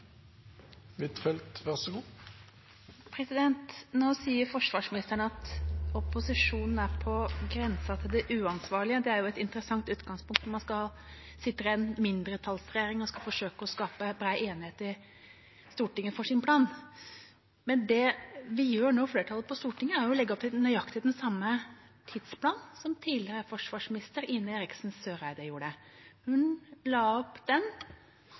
på grensen til det uansvarlige. Det er jo et interessant utgangspunkt når man sitter i en mindretallsregjering og skal forsøke å skape bred enighet i Stortinget for sin plan. Men det flertallet på Stortinget nå gjør, er jo å legge opp til nøyaktig samme tidsplan som tidligere forsvarsminister Ine Eriksen Søreide gjorde. Hun la opp den